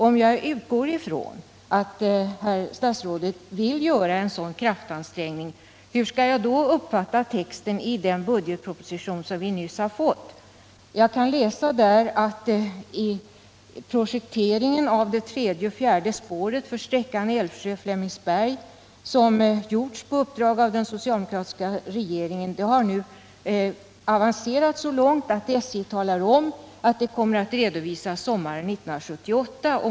Om jag utgår ifrån att herr statsrådet vill göra en sådan kraftansträngning, hur skall jag då uppfatta texten i den budgetproposition som vi nyss har fått? Jag ser där att projekteringen av det tredje och fjärde spåret för sträckan Älvsjö-Flemingsberg, som gjorts på uppdrag av den socialdemokratiska regeringen, nu har avancerat så långt att SJ talar om att den kommer att redovisas sommaren 1978.